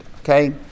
okay